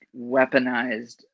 weaponized